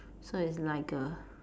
so it's like a